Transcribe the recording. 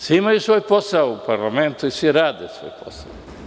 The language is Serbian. Svi imaju svoj posao u parlamentu i svi rade svoj posao.